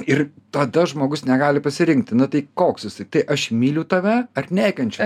ir tada žmogus negali pasirinkti na tai koks jisai tai aš myliu tave ar nekenčiu